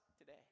today